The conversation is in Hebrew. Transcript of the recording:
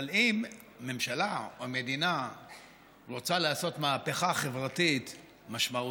אבל אם ממשלה או מדינה רוצה לעשות מהפכה חברתית משמעותית,